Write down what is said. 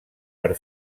per